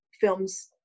films